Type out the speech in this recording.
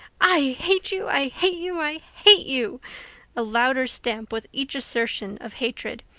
i hate you i hate you i hate you a louder stamp with each assertion of hatred.